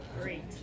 Great